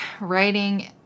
writing